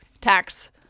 tax